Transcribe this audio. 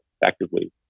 effectively